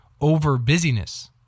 over-busyness